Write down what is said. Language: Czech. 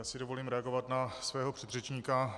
Já si dovolím reagovat na svého předřečníka.